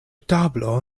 tablo